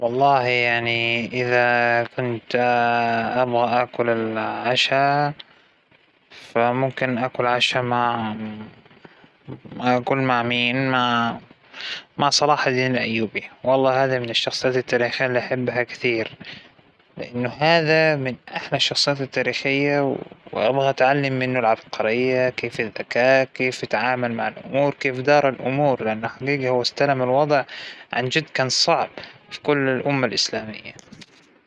ما أعتقد أنه شخصية تاريخية واحدة راح تكفينى، إننا لآزم نحكى على التخصصات اللى أبى أقابلها أول شى، مين راح اقابل من الشخصيات العلمية عندى لستة طويلة، مين راح أقابل من الشخصيات السياسية، الشخصيات الفنية، لكن تحكينى عن شخصية تاريخية واحدة، لا ما أظن راح تكفينى أبى زيادة بعد.